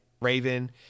Raven